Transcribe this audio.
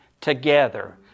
together